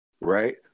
right